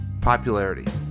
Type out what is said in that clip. popularity